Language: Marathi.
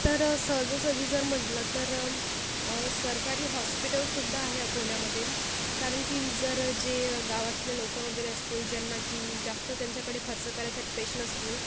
तर सहजासहजी जर म्हटलं तर सरकारी हॉस्पिटलसुद्धा आहे अकोल्यामधे कारण की जर जे गावातले लोकं वगैरे असतील ज्यांना की जास्त त्यांच्याकडे खर्च करायसाठी पैसे नसतील